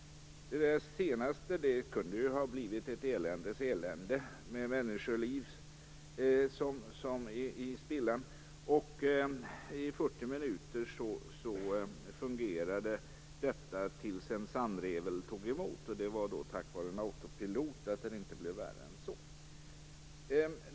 Det kunde ha blivit ett eländes elände. Människoliv kunde ha gått till spillo. Detta fungerade i 40 minuter, tills en sandrevel tog emot. Tack vare en autopilot blev det inte värre än så.